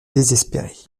désespérée